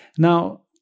Now